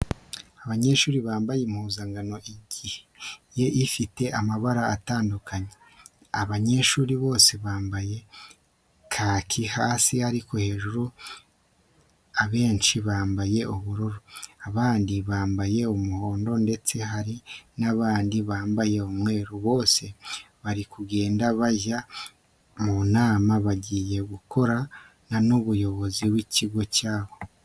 Abanyeshuri bambaye impuzankano igiye ifite amabara atandukanye, aba banyeshuri bose bambaye kaki hasi ariko hejuru abenshi bambaye ubururu, abandi bambaye umuhondo ndetse hari n'abandi bambaye umweru. Bose bari kugenda bajya mu nama bagiye gukorana n'ubuyobozi bw'ikigo cyabo.